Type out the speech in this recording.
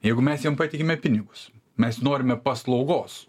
jeigu mes jiem patikime pinigus mes norime paslaugos